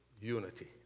Unity